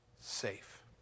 safe